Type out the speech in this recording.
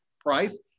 price